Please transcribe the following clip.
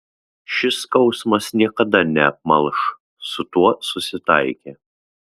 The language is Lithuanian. šis skausmas niekada neapmalš su tuo susitaikė